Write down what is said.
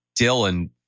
Dylan